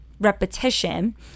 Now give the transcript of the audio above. repetition